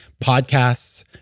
podcasts